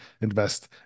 invest